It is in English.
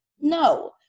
No